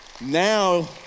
Now